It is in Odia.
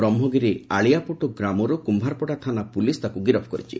ବ୍ରହ୍କଗିରି ଆଳିଆପୁଟୁ ଗାଁରୁ କୁମ୍ଠାରପଡା ଥାନା ପୋଲିସ ତାକୁ ଗିରଫ କରିଥିଲା